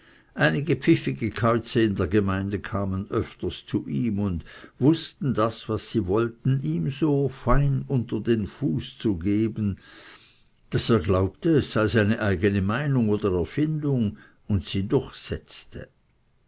einige pfiffige käuze in der gemeinde kamen öfters zu ihm und wußten das was sie wollten ihm so fein unter den fuß zu geben daß er glaubte es sei seine eigene meinung oder erfindung und sie